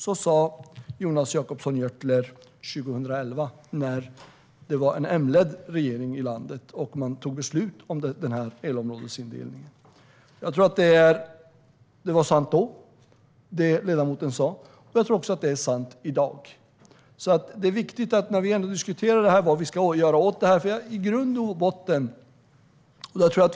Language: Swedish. Så sa Jonas Jacobsson Gjörtler 2011 när landet hade en M-ledd regering som tog beslut om elområdesindelningen. Det ledamoten sa var sant då. Jag tror också att det är sant i dag. Det är viktigt att komma ihåg detta när vi diskuterar vad vi ska göra åt problemet.